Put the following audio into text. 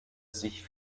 sich